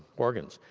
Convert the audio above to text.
organs,